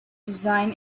design